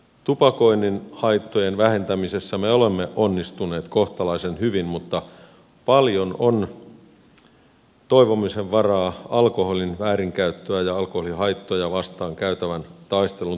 tupakoinnin haittojen vähentämisessä me olemme onnistuneet kohtalaisen hyvin mutta paljon on toivomisen varaa alkoholin väärinkäyttöä ja alkoholihaittoja vastaan käytävän taistelun tuloksissa